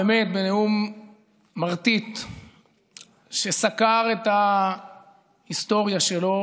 באמת בנאום מרטיט שסקר את ההיסטוריה שלו